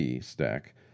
stack